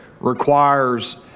requires